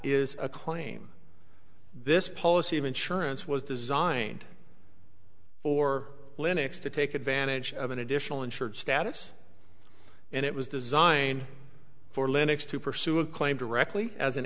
is a claim this policy of insurance was designed for linux to take advantage of an additional insured status and it was designed for linux to pursue a claim directly as an